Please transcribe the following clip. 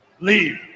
leave